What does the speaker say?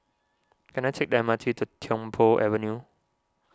can I take the M R T to Tiong Poh Avenue